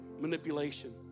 manipulation